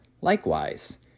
Likewise